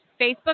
Facebook